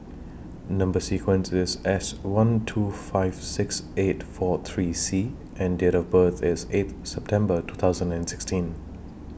Number sequence IS S one two five six eight four three C and Date of birth IS eighth September two thousand and sixteen